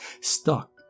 stuck